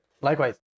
Likewise